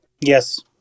Yes